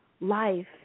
life